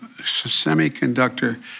semiconductor